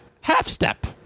Half-Step